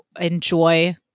enjoy